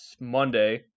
Monday